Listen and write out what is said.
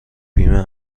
بیمه